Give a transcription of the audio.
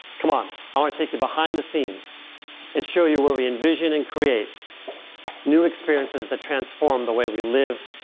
come on, i want to take you behind the scenes and show you where we envision and create new experiences that transform the way we live,